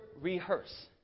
rehearse